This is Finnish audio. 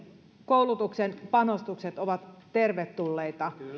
koulutuksen panostukset ovat tervetulleita